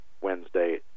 wednesday